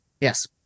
yes